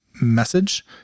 message